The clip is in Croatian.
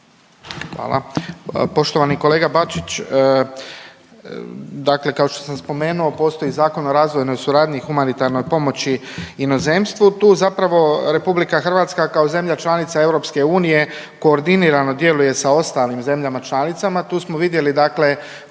Hvala. Poštovani kolega Bačić, dakle kao što sam spomenuo postoji Zakon o razvojnoj suradnji i humanitarnoj pomoći inozemstvu. Tu zapravo RH kao zemlja članica Europske unije koordinirano djeluje sa ostalim zemljama članicama. Tu smo vidjeli dakle